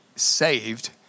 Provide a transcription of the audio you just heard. Saved